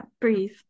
Breathe